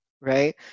right